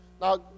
Now